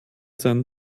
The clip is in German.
seinen